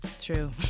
True